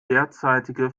derzeitige